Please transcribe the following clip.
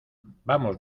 vamos